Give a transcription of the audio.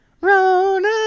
Rona